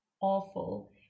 awful